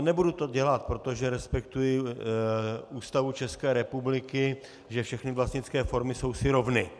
Nebudu to dělat, protože respektuji Ústavu České republiky, že všechny vlastnické formy jsou si rovny.